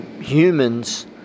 Humans